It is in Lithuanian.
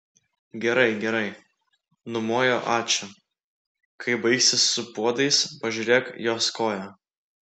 gerai gerai numojo ačiū kai baigsi su puodais pažiūrėk jos koją